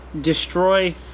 destroy